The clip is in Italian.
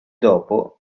dopo